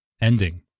ending